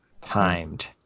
Timed